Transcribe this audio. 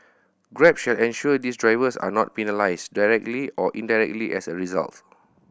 grab shall ensure these drivers are not penalised directly or indirectly as a result